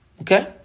Okay